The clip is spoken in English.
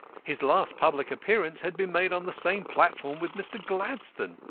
his last public appearance had been made on the same platform with mr. gladstone,